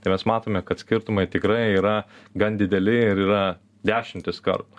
tai mes matome kad skirtumai tikrai yra gan dideli ir yra dešimtys kartų